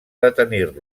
detenir